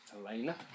Elena